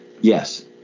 Yes